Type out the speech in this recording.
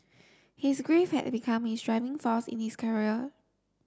his grief had become his driving force in his career